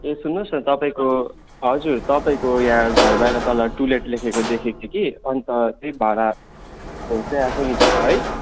ए सुन्नुहोस् न तपाईँको हजुर तपाईँको यहाँ घर बहिर तल टू लेट लेखेको देखेको थिएँ कि अन्त त्यही भाडा खोज्दै आएको नि छ है